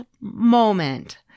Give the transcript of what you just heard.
moment